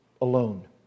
Alone